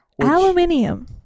aluminium